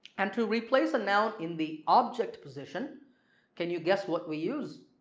and to replace a noun in the object position can you guess what we use?